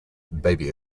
baby